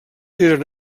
eren